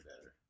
better